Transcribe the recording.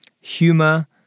humor